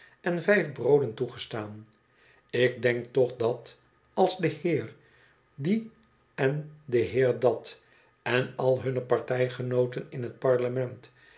en vijf brooden toegestaan ik denk toch dat als de heer die en de heer dat en al hunne partijgenooten in het parlement